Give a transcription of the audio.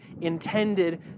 intended